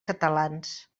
catalans